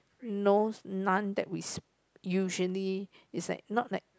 no none that we usually is like not like